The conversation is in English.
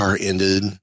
ended